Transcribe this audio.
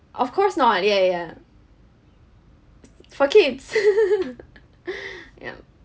of course not ya ya s~ for kids ya